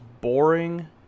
boring